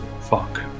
Fuck